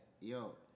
yo